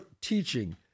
teaching